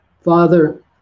Father